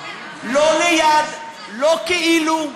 לא ליד, לא כאילו,